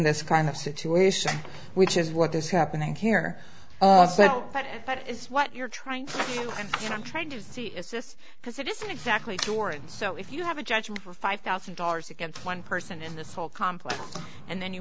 this kind of situation which is what is happening here but that is what you're trying and trying to see is just because it isn't exactly sure and so if you have a judgment for five thousand dollars against one person in this whole complex and then you